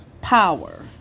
power